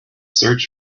search